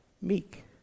Meek